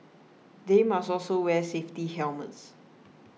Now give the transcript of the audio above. they must also wear safety helmets